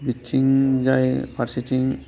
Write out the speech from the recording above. बेथिंजाय फारसेथिं